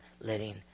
letting